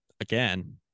again